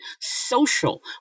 Social